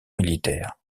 militaire